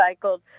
recycled